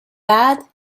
bad